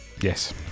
Yes